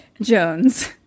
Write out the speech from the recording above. Jones